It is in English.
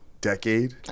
decade